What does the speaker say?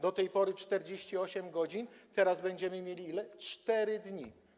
Do tej pory 48 godzin, teraz będziemy mieli 4 dni.